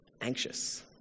Anxious